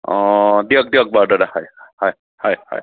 অঁ দিয়ক দিয়ক বাৰু দাদা হয় হয় হয় হয়